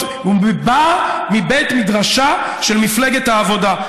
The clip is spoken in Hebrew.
והיא באה מבית מדרשה של מפלגת העבודה,